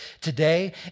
today